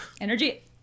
Energy